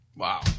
Wow